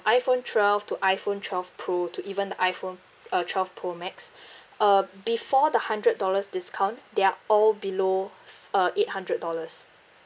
iphone twelve to iphone twelve pro to even the iphone uh twelve pro max uh before the hundred dollars discount they're all below uh eight hundred dollars